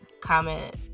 comment